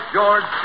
George